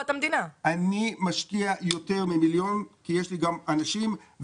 אני משקיע יותר ממיליון כי יש לי גם אנשים.